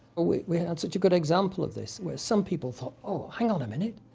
we we had such a good example of this, where some people thought, oh, hang on a minute,